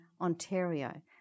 Ontario